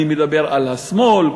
אני מדבר על השמאל,